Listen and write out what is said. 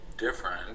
different